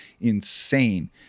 insane